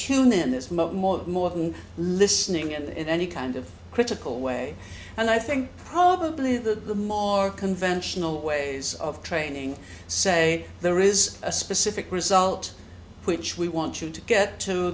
tune in this much more more than listening and in any kind of critical way and i think probably the more conventional ways of training say there is a specific result which we want you to get to